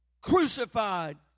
crucified